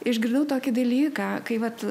išgirdau tokį dalyką kai vat